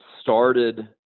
started